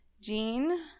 gene